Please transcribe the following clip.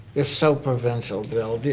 you're so provincial, bill. do